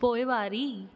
पोइवारी